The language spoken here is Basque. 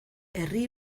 herri